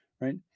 Right